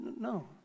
no